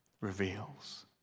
reveals